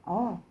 orh